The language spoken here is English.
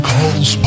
Calls